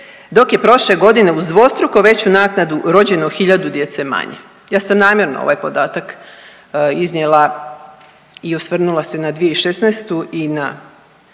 dok je prošle godine uz dvostruko veću naknadu rođeno hiljadu djece manje. Ja sam namjerno ovaj podatak iznijela i osvrnula se na 2016. i na